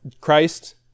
Christ